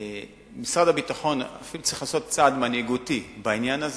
שמשרד הביטחון אפילו צריך לעשות צעד מנהיגותי בעניין הזה,